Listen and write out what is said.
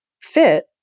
fit